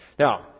Now